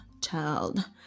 child